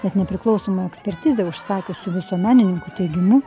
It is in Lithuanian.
bet nepriklausoma ekspertizė užsakiusių visuomenininkų teigimu